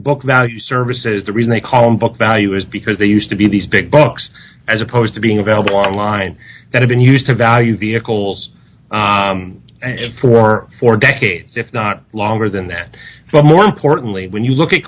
book value services the reason they call them book value is because they used to be these big books as opposed to being available online that have been used to value vehicles and for for decades if not longer than that but more importantly when you look at